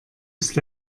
ist